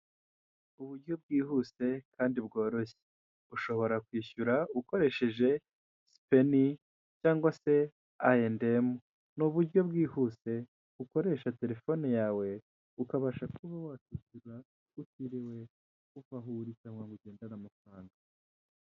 Isoko harimo abantu batandukanye bajya guhaha ibintu bitandukanye harimo, bodaboda. Harimo n'abandi bantu bacuruza ibitenge, imyenda yo kwifubika n'ibindi.